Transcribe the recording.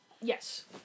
Yes